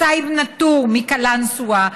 סעיד נאטור מקלנסווה,